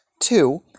Two